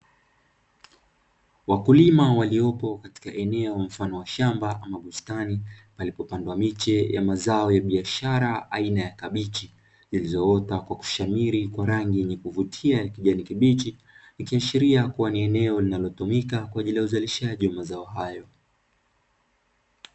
Wakulima waliopo katika eneo mfano wa shamba ama bustani, palipopandwa miche ya mazao ya biashara aina ya kabichi, zilizoota kwa kushamiri kwa rangi ya kuvutia ya kijani kibichi, ikiashiria kuwa ni eneo linalotumika kwa ajili ya uzalishaji wa mazao hayo.